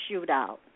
Shootout